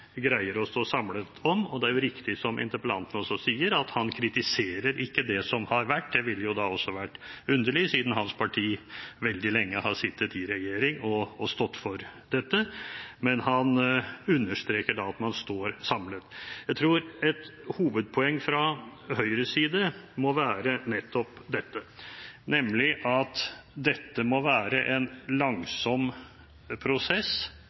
greier å stå samlet om. Det er riktig som interpellanten også sier, at han kritiserer ikke det som har vært, det ville da også ha vært underlig, siden hans parti veldig lenge har sittet i regjering og stått for dette, men han understreker at man står samlet. Jeg tror et hovedpoeng fra Høyres side nettopp må være at dette må være en langsom prosess